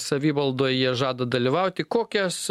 savivaldoj jie žada dalyvauti kokias